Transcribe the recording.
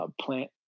plant